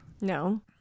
No